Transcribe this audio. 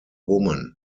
woman